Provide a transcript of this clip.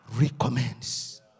recommends